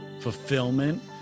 fulfillment